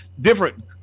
different